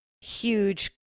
Huge